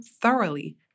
thoroughly